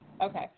Okay